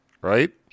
right